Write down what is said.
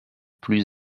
plus